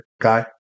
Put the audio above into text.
guy